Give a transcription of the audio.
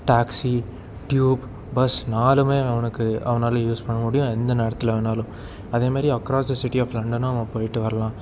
taxi tube bus நாலுமே அவனுக்கு அவனால் யூஸ் பண்ண முடியும் எந்த நேரத்தில் வேணாலும் அதேமாரி அக்ராஸ் த சிட்டி ஆஃப் லண்டனும் அவன் போயிட்டு வரலாம்